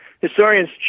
historians